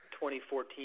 2014